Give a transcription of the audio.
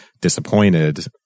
disappointed